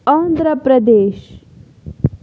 Andhra Pradesh